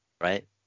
right